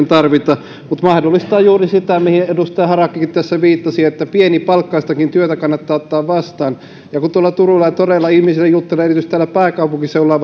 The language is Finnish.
tarvita mutta se mahdollistaa juuri sen mihin edustaja harakkakin tässä viittasi että pienipalkkaistakin työtä kannattaa ottaa vastaan ja kun tuolla turuilla ja toreilla ihmisille juttelee erityisesti täällä pääkaupunkiseudulla